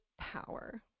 power